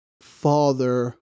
father